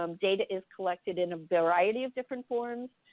um data is collected in a variety of different forms.